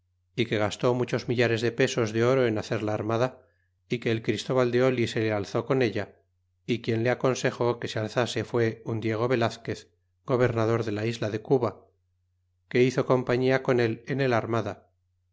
y que gastó muchos millares de pesos de oro en hacer la armada y que el christóval de oil se le alzó con ella y quien le aconsejó que se alzase fué un diego velazquez gobernador de la isla de cuba que hizo compañia con él en el armada